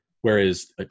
Whereas